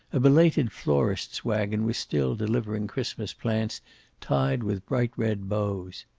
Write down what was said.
a belated florist's wagon was still delivering christmas plants tied with bright red bows.